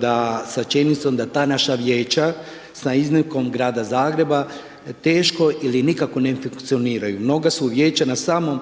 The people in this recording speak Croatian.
da, sa činjenicom da ta naša vijeća sa iznimkom grada Zagreba teško ili nikako ne funkcioniraju. Mnoga su vijeća na samom